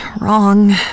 wrong